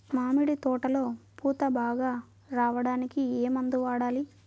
మామిడి తోటలో పూత బాగా రావడానికి ఏ మందు వాడాలి?